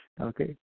Okay